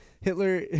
Hitler